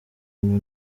ngo